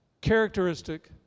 characteristic